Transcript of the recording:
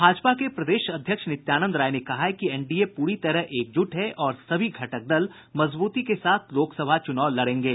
भाजपा के प्रदेश अध्यक्ष नित्यानंद राय ने कहा है कि एनडीए पूरी तरह एकजूट है और सभी घटक दल मजबूती के साथ लोकसभा चुनाव लड़ेंगे